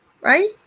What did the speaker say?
Right